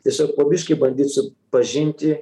tiesiog po biškį bandyt su pažinti